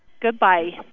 Goodbye